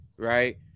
Right